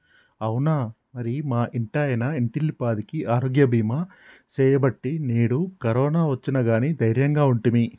అవునా మరి మా ఇంటాయన ఇంటిల్లిపాదికి ఆరోగ్య బీమా సేయబట్టి నేడు కరోనా ఒచ్చిన గానీ దైర్యంగా ఉంటిమి